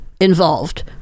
involved